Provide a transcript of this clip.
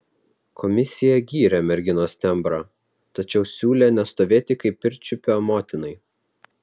komisija gyrė merginos tembrą tačiau siūlė nestovėti kaip pirčiupio motinai